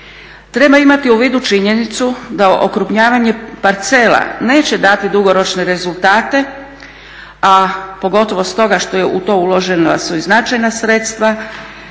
Treba imati u vidu činjenicu da okrupnjavanje parcela neće dati dugoročne rezultate a pogotovo stoga što je u to uložena su i značajna sredstva